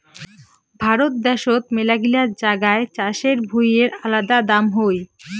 ভারত দ্যাশোত মেলাগিলা জাগায় চাষের ভুঁইয়ের আলাদা দাম হই